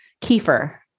kefir